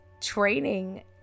training